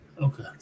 Okay